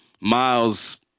Miles